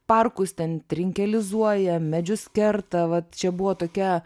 parkus ten trinkelizuoja medžius kerta va čia buvo tokia